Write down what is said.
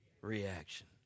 reaction